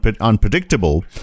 unpredictable